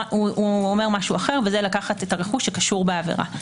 אומר משהו אחר לקחת את הרכוש שקשור בעבירה.